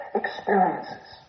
experiences